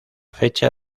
fecha